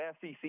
SEC